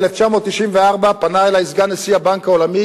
ב-1994 פנה אלי נשיא הבנק העולמי,